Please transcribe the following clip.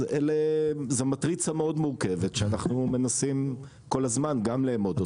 זו מטריצה מאוד מורכבת שאנחנו מנסים כל הזמן גם לאמוד אותה.